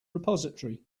repository